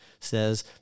says